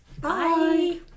Bye